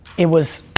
it was,